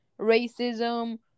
racism